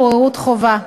בוררות חובה).